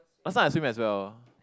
last time I still as well